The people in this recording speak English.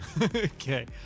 Okay